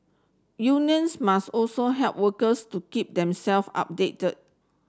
unions must also help workers to keep them self updated